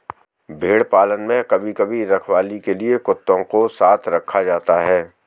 भेड़ पालन में कभी कभी रखवाली के लिए कुत्तों को साथ रखा जाता है